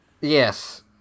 Yes